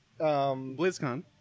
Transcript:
BlizzCon